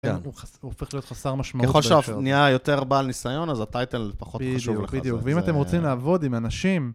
הוא הופך להיות חסר משמעות. ככל שהפניה היותר באה על ניסיון, אז הטייטל פחות חשוב לך. בדיוק, בדיוק. ואם אתם רוצים לעבוד עם אנשים...